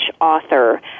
author